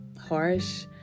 harsh